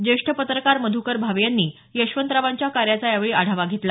ज्येष्ठ पत्रकार मधुकर भावे यांनी यशवंतरावांच्या कार्याचा यावेळी आढावा घेतला